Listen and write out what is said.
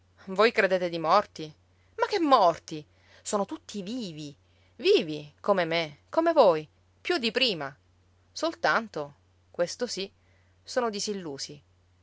voi credete di morti ma che morti sono tutti vivi vivi come me come voi più di prima soltanto questo sì sono disillusi